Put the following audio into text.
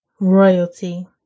Royalty